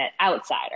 outsider